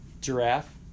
Giraffe